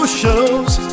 shows